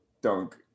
dunk